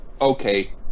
Okay